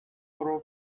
پرو